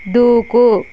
దూకు